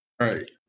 Right